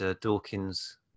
Dawkins